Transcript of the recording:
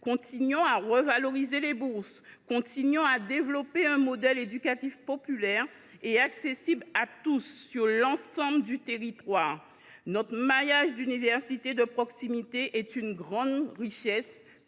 Crous, à revaloriser les bourses, à développer un modèle éducatif populaire et accessible à tous sur l’ensemble du territoire. Notre maillage d’universités de proximité est une grande richesse,